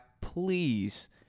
please